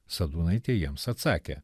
sadūnaitė jiems atsakė